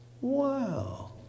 Wow